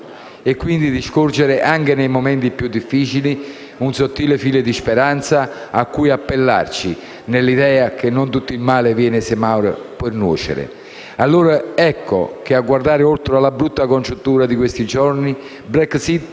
e quindi di scorgere anche nei momenti più difficili un sottile filo di speranza a cui appellarci nell'idea che non tutto il male viene sempre per nuocere. Ed allora, ecco che a guardare oltre la brutta congiuntura di questi giorni, Brexit